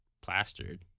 plastered